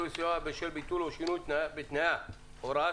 וסיוע בשל ביטול או שינוי בתנאיה) (הוראת